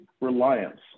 reliance